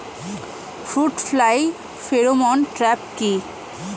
Fruit fly pheromone trap কি?